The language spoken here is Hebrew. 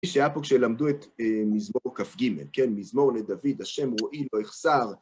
שהיה פה כשלמדו את מזמור כג, כן, מזמור לדוד, השם רועי לא אחסר.